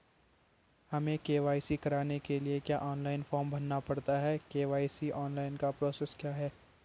हमें के.वाई.सी कराने के लिए क्या ऑनलाइन फॉर्म भरना पड़ता है के.वाई.सी ऑनलाइन का प्रोसेस क्या है?